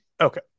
Okay